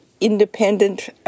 independent